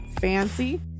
Fancy